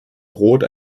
rot